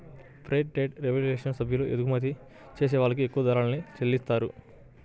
fair trade revolution సభ్యులు ఎగుమతి చేసే వాళ్ళకి ఎక్కువ ధరల్ని చెల్లిత్తారు